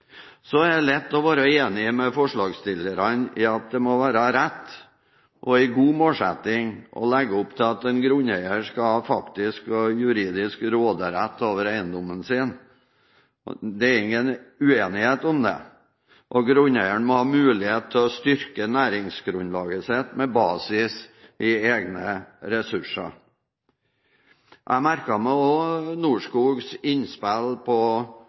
så sent som i 2009, der formålet bl.a. var å forenkle og tydeliggjøre reglene om bo- og driveplikt. Arealgrensene ble da justert opp og samordnet med annet lovverk. Konsesjonslovens virkeområde ble i det vesentlige videreført. Det er lett å være enig med forslagsstillerne i at det må være rett – og en god målsetting – å legge opp til at en grunneier skal ha faktisk og juridisk råderett over eiendommen sin. Det er ingen